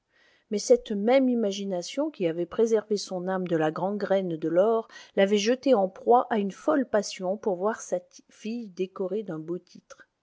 mais cette même imagination qui avait préservé son âme de la gangrène de l'or l'avait jeté en proie à une folle passion pour voir sa tille décorée d'un beau titre